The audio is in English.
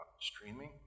streaming